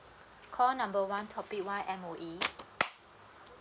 call number one topic one M_O_E